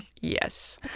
Yes